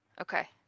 Okay